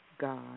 God